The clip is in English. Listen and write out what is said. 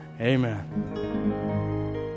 Amen